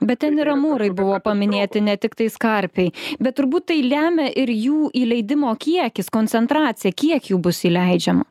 bet ten yra amūrai buvo paminėti ne tiktais karpiai bet turbūt tai lemia ir jų įleidimo kiekis koncentracija kiek jų bus įleidžiama